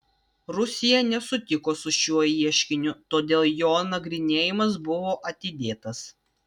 rusija nesutiko su šiuo ieškiniu todėl jo nagrinėjimas buvo atidėtas